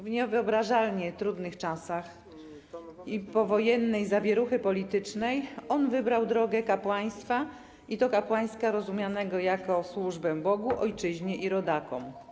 W niewyobrażalnie trudnych czasach powojennej zawieruchy politycznej on wybrał drogę kapłaństwa, i to kapłaństwa rozumianego jako służba Bogu, ojczyźnie i rodakom.